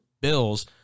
Bills